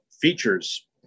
features